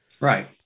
Right